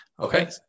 Okay